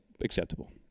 acceptable